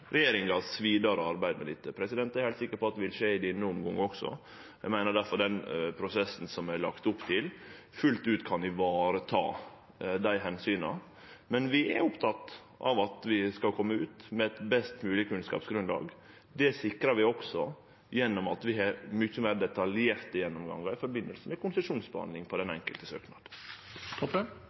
regjeringa sitt vidare arbeid med dette. Det er eg heilt sikker på vil skje i denne omgangen også. Eg meiner difor at den prosessen som det er lagt opp til, fullt ut kan vareta dei omsyna. Men vi er opptekne av at vi skal kome ut med eit best mogleg kunnskapsgrunnlag. Det sikrar vi også gjennom at vi har mykje meir detaljerte gjennomgangar i samband med konsesjonsbehandlinga av dei enkelte